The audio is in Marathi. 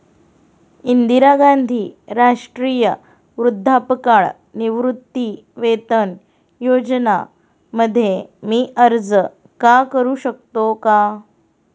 इंदिरा गांधी राष्ट्रीय वृद्धापकाळ निवृत्तीवेतन योजना मध्ये मी अर्ज का करू शकतो का?